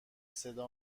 صدا